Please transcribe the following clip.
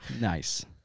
Nice